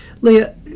Leah